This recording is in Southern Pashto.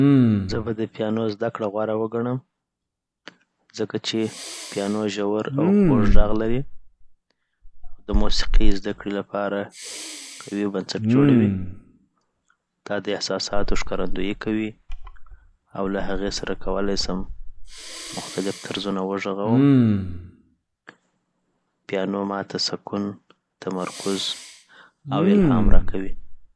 زه به د پیانو زده کول غوره وګڼم، ځکه چې پیانو ژور او خوږ غږ لري او د موسیقۍ زده‌کړې لپاره قوي بنسټ جوړوي. دا د احساساتو ښکارندویي کوي، او له هغې سره کولی سم مختلف طرزونه وغږوم .پیانو ما ته سکون، تمرکز او الهام راکوي.